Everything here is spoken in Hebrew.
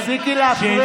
תפסיקי להפריע.